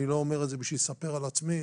אני לא אומר את זה בשביל לספר על עצמי,